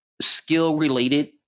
skill-related